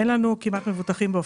אין לנו כמעט מבוטחים באופקים,